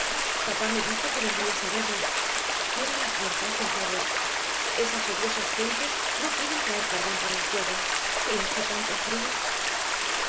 papá me dijo que vendrías a verme cierra la puerta haz el favor esas odiosas gentes no quieren traer carbón para el fuego y hace tanto frío